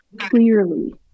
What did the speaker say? clearly